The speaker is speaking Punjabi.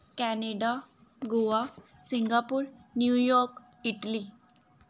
Canada Goa Singapore New York Italy